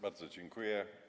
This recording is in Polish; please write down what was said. Bardzo dziękuję.